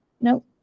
nope